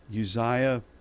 Uzziah